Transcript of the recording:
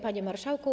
Panie Marszałku!